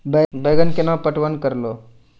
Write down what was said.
बैंगन केना पटवन करऽ लो?